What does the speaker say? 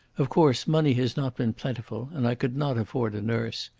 of course, money has not been plentiful, and i could not afford a nurse.